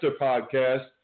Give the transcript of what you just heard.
podcast